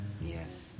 Yes